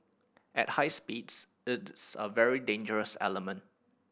at high speeds it is a very dangerous element